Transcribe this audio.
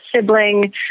sibling